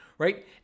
right